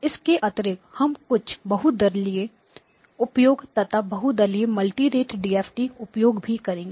इसके अतिरिक्त हम कुछ बहुदलीय उपयोग तथा बहुदलीय मल्टी रेट डीएफटी उपयोग भी करेंगे